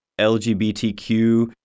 LGBTQ